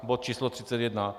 Bod číslo 31.